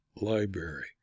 Library